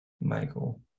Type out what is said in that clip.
Michael